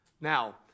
Now